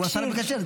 תקשיב,